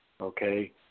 okay